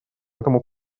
этому